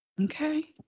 Okay